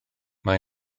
mae